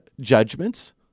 Judgments